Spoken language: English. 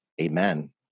Amen